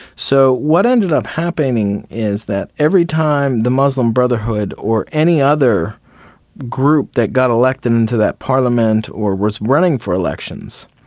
so what ended up happening is that every time the muslim brotherhood or any other group that got elected into that parliament or was running for elections,